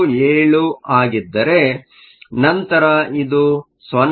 772 ಆಗಿದ್ದರೆ ನಂತರ ಇದು 0